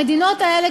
המדינות האלה,